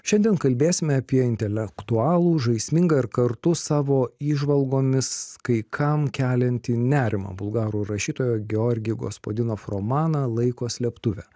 šiandien kalbėsime apie intelektualų žaismingą ir kartu savo įžvalgomis kai kam keliantį nerimą bulgarų rašytojo georgi gospadinov romaną laiko slėptuvė